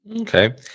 Okay